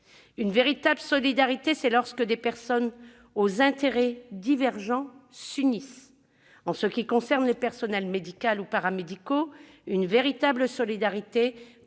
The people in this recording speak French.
La véritable solidarité, c'est lorsque des personnes aux intérêts divergents s'unissent. En ce qui concerne les personnels médicaux ou paramédicaux, une véritable solidarité